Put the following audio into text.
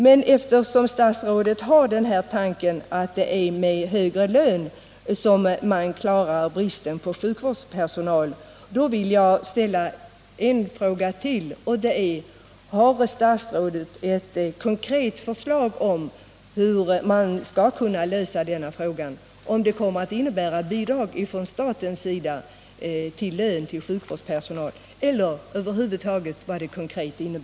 Men eftersom statsrådet tydligen har uppfattningen att det är med högre lön som vi skall klara bristen på sjukvårdspersonal vill jag ställa ytterligare en fråga: Har statsrådet något konkret förslag om hur man skall kunna lösa denna sak? Kommer det att innebära statsbidrag till sjukvårdspersonalens löner? Eller vad innebär eljest konkret statsrådets uttalande på denna punkt?